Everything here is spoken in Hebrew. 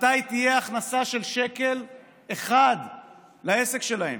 מתי תהיה הכנסה של שקל אחד לעסק שלהם.